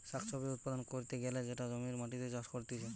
শাক সবজি উৎপাদন ক্যরতে গ্যালে সেটা জমির মাটিতে চাষ করতিছে